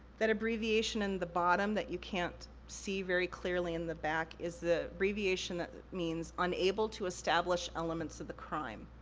that abbreviation in the bottom that you can't see very clearly in the back is the abbreviation that that means unable to establish elements of the crime.